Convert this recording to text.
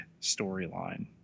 storyline